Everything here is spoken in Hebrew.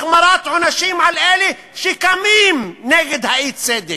החמרת עונשים על אלה שקמים נגד האי-צדק,